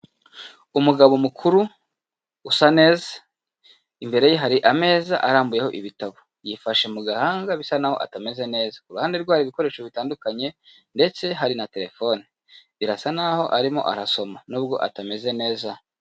Umugabo mukuru usa neza, imbere ye hari ameza arambuyeho ibitabo, yifashe mu gahanga bisa naho atameze neza, ku ruhande rwe hari ibikoresho bitandukanye ndetse hari na terefone, birasa naho arimo arasoma nubwo atameze neza.